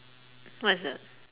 what is that